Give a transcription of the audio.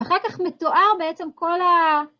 ‫ואחר כך מתואר בעצם כל ה...